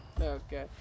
Okay